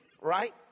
right